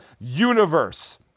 universe